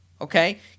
okay